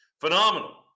phenomenal